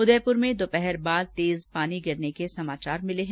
उदयपुर में दोपहर बाद तेज पानी गिरने के समाचार मिले हैं